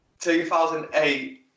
2008